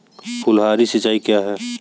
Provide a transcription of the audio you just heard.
फुहारी सिंचाई क्या है?